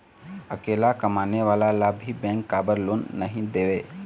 अकेला कमाने वाला ला भी बैंक काबर लोन नहीं देवे?